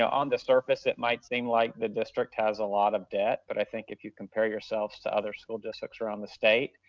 on the surface it might seem like the district has a lot of debt, but i think if you compare yourselves to other school districts around the state,